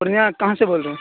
پورنیہ کہاں سے بول رہے ہیں